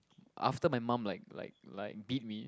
after my mum like like like beat me